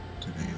today